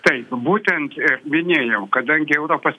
taip būtent ir minėjau kadangi europos